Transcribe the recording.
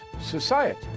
society